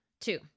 two